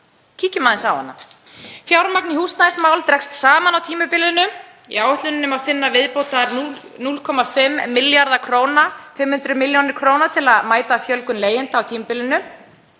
Kíkjum aðeins á hana. Fjármagn í húsnæðismál dregst saman á tímabilinu. Í áætluninni má finna viðbótar 0,5 milljarða kr., 500 millj. kr., til að mæta fjölgun leigjenda á tímabilinu.